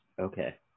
Okay